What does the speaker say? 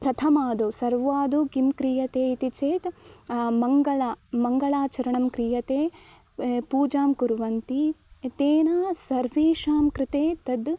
प्रथमादौ सर्वादौ किं क्रियते इति चेत् मङ्गलं मङ्गलाचरणं क्रियते पूजां कुर्वन्ति तेन सर्वेषां कृते तद्